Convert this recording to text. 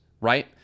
right